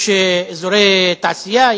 יש אזורי תעשייה?